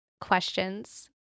questions